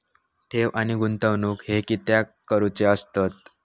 ठेव आणि गुंतवणूक हे कित्याक करुचे असतत?